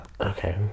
Okay